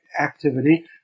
activity